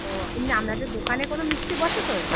ও না আপনাদের দোকানে কোনও মিস্ত্রি বসে তো